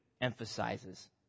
emphasizes